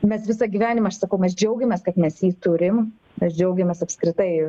mes visą gyvenimą aš sakau mes džiaugiamės kad mes jį turim mes džiaugiamės apskritai